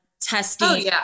testing